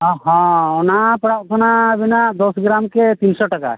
ᱦᱮᱸ ᱦᱮᱸ ᱚᱱᱟ ᱯᱟᱲᱟᱣᱜ ᱠᱟᱱᱟ ᱟᱹᱵᱤᱱᱟᱜ ᱫᱚᱥ ᱜᱨᱟᱢ ᱥᱮ ᱛᱤᱱᱥᱚ ᱴᱟᱠᱟ